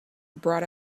brought